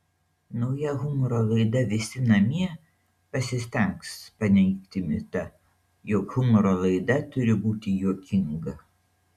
nauja humoro laida visi namie pasistengs paneigti mitą jog humoro laida turi būti juokinga